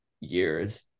years